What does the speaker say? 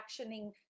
actioning